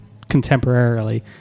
contemporarily